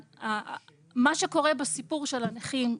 מה שקורה בסיפור של הנכים,